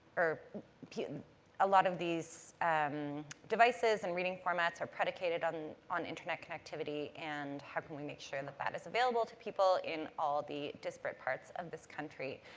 and ah lot of these devices and reading formats are predicated on on internet connectivity. and how can we make sure that that is available to people in all the disparate parts of this country,